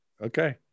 Okay